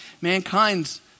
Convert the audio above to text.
Mankind's